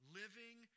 living